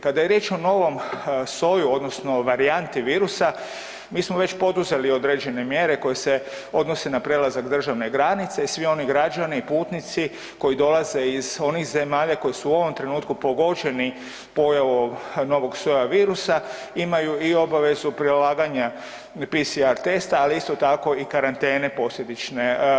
Kada je riječ o novom soju odnosno varijanti virusa mi smo već poduzeli određene mjere koje se odnose na prelazak državne granice i svi oni građani i putnici koji dolaze iz onih zemalja koje su u ovom trenutku pogođeni pojavom novog soja virusa imaju i obavezu prilaganja PCR testa, ali isto tako i karantene posljedične.